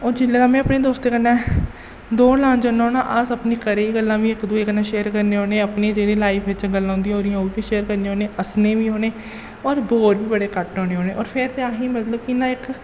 होर जिल्लै दा में अपने दोस्तें कन्नै दौड़ लान जन्ना होन्नां अस अपने घरै दियां गल्लां बी इक दुए कन्नै शेयर करने होन्नें अपनी जेह्ड़ी लाइफ च गल्लां होंदियां जेह्ड़ियां ओह् बी शेयर करने होन्नें हस्सने बी होन्नें होर बोर बी बड़े घट्ट होन्ने होन्नें होर फिर ते असें गी मतलब कि ना इक